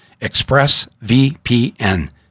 ExpressVPN